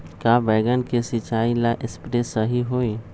का बैगन के सिचाई ला सप्रे सही होई?